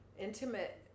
intimate